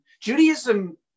Judaism